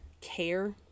care